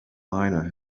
miner